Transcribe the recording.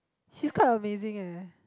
she's quite amazing eh